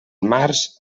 març